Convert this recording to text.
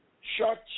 Short